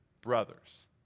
brothers